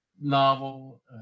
novel